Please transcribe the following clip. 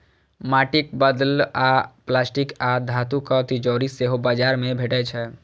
माटिक बदला आब प्लास्टिक आ धातुक तिजौरी सेहो बाजार मे भेटै छै